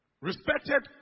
respected